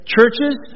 Churches